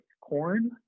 corn